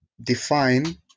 define